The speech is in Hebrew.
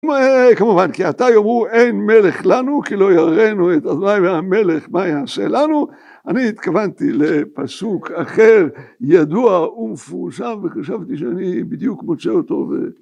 כמובן, כי עתה יאמרו אין מלך לנו, כי לא יראינו את אדוני והמלך מה יעשה לנו. אני התכוונתי לפסוק אחר, ידוע ומפורסם, וחשבתי שאני בדיוק מוצא אותו.